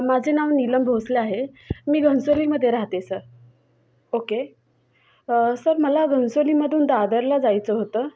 माझे नाव नीलम भोसले आहे मी घनसोलीमध्ये राहते सर ओके सर मला घनसोलीमधून दादरला जायचं होतं